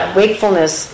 wakefulness